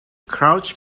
crouch